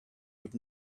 would